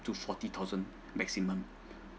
to forty thousand maximum